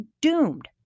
doomed